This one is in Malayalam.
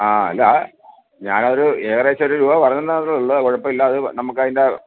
ആ അല്ല ഞാനൊരു ഏകദേശം ഒരു രൂപ പറഞ്ഞു എന്നേ ഉള്ളൂ അത് കുഴപ്പം ഇല്ല നമുക്ക് അതിൻ്റെ